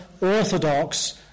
orthodox